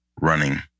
running